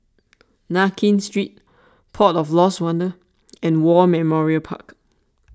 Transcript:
Nankin Street Port of Lost Wonder and War Memorial Park